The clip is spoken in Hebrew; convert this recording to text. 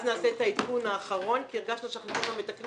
אז נעשה את העדכון האחרון כי הרגשנו שאנחנו כל פעם מתקנים,